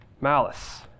malice